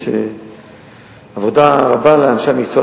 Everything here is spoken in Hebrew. יש עבודה רבה לאנשי המקצוע,